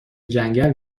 جنگل